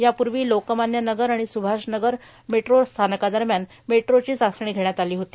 यापूर्वी लोकमान्य नगर आणि स्भाश नगर मेट्रो स्थानकादरम्यान मेट्रोची चाचणी घेण्यात आली होती